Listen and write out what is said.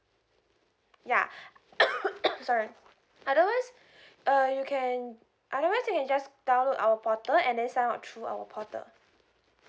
ya sorry otherwise uh you can otherwise you can just download our portal and then sign up through our portal